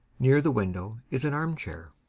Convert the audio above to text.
near the window is an armchair.